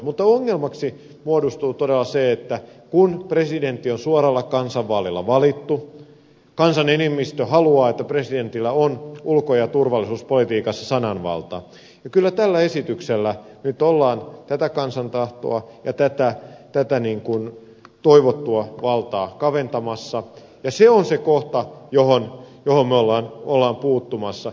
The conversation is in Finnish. mutta ongelmaksi muodostuu todella se että kun presidentti on suoralla kansanvaalilla valittu kansan enemmistö haluaa että presidentillä on ulko ja turvallisuuspolitiikassa sananvalta ja kyllä tällä esityksellä nyt ollaan tätä kansan tahtoa ja tätä toivottua valtaa kaventamassa ja se on se kohta johon me olemme puuttumassa